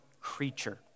creature